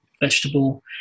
vegetable